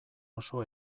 oso